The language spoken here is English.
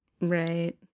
Right